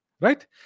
Right